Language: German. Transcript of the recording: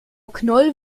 knoll